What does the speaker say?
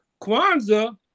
Kwanzaa